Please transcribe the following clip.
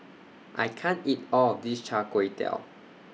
I can't eat All of This Char Kway Teow